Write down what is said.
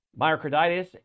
Myocarditis